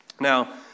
Now